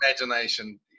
imagination